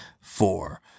four